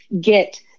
get